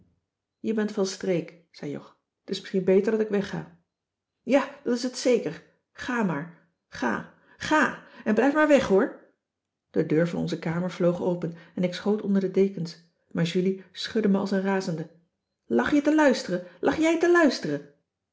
je bent van streek zei jog t is misschien beter dat ik wegga ja dat is het zeker ga maar ga gà en blijf maar weg hoor de deur van onze kamer vloog open en ik schoot onder de dekens maar julie schudde me als een razende lag je te luisteren lag jij te luisteren